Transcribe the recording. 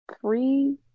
three